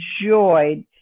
enjoyed